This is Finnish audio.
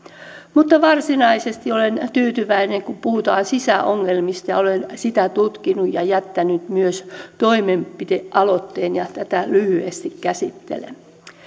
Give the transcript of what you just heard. mutta varsinaisesti olen tyytyväinen kun puhutaan sisäilmaongelmista olen sitä tutkinut ja jättänyt myös toimenpidealoitteen ja tätä lyhyesti käsittelen